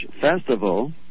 festival